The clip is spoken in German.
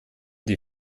die